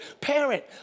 parent